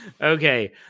okay